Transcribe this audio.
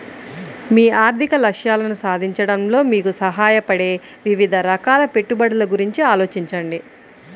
మీ ఆర్థిక లక్ష్యాలను సాధించడంలో మీకు సహాయపడే వివిధ రకాల పెట్టుబడుల గురించి ఆలోచించండి